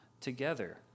together